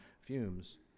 fumes